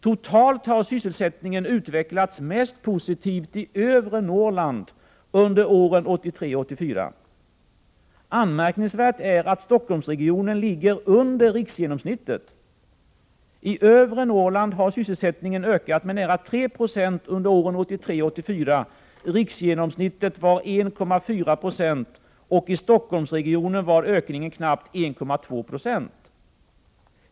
Totalt har sysselsättningen utvecklats mest positivt i övre Norrland under åren 1983 och 1984. Anmärkningsvärt är att Stockholmsregionen ligger under riksgenomsnittet. I övre Norrland har sysselsättningen ökat med nära 3 20. Riksgenomsnittet var 1,4 70. Men i Stockholmsregionen var ökningen knappt 1,2 90.